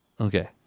Okay